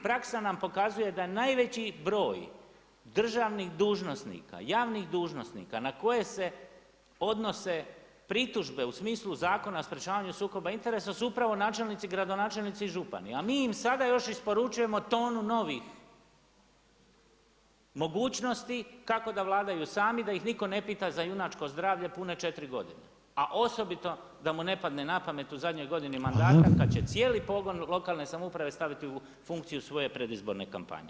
Praksa nam pokazuje da najveći broj državnih dužnika, javnih dužnosnika na koje se odnose pritužbe u smislu Zakona o sprječavanju sukoba interesa su upravo načelnici, gradonačelnici i župani a mi im sada još isporučujemo tonu novih mogućnosti kako da vladaju sami, da ih nitko ne pita za junačko zdravlje pune 4 godine a osobito da mu ne padne na pamet [[Upadica Reiner: Hvala.]] u zadnjoj godini mandata kada će cijeli pogon lokalne samouprave staviti u funkciju svoje predizborne kampanje.